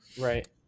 Right